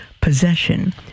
possession